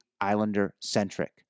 Islander-centric